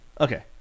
Okay